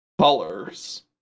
Colors